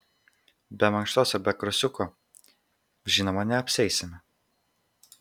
be mankštos ir be krosiuko žinoma neapsieisime